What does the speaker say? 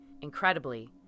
Incredibly